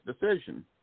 decision